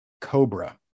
Cobra